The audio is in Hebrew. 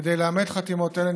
כדי לאמת חתימות אלה,